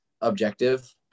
objective